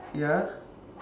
ya